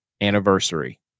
anniversary